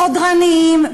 חודרניים,